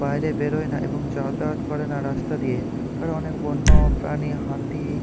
বাইরে বেরোয় না এবং যাতায়াত করে না রাস্তা দিয়ে কারণ অনেক বন্য প্রাণী হাতি